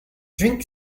drink